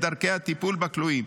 את דרכי הטיפול בכלואים,